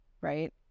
right